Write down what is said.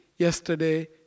Yesterday